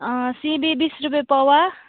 सिमी बिस रुपियाँ पवा